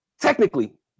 Technically